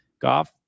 Goff